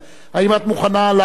האם את מוכנה לעלות?